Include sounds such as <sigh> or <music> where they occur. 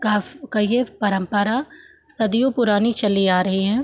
<unintelligible> की यह परम्परा सदियों पुरानी चली आ रही है